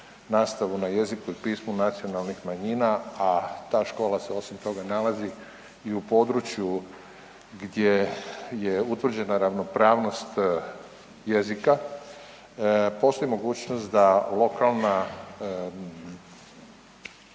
nastavu na jeziku i pismu nacionalnih manjina, a ta škola se osim toga nalazi i u području gdje je utvrđena ravnopravnost jezika, postoji mogućnost da lokalna